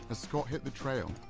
ah scott hit the trail,